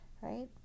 Right